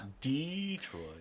Detroit